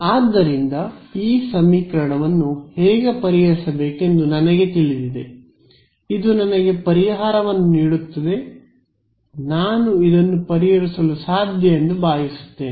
ಆದ್ದರಿಂದ ಈ ಸಮೀಕರಣವನ್ನು ಹೇಗೆ ಪರಿಹರಿಸಬೇಕೆಂದು ನನಗೆ ತಿಳಿದಿದೆ ಇದು ನನಗೆ ಪರಿಹಾರವನ್ನು ನೀಡುತ್ತದೆ ನಾನು ಇದನ್ನು ಪರಿಹರಿಸಲು ಸಾಧ್ಯ ಎಂದು ಭಾವಿಸುತ್ತೇನೆ